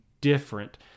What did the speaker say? different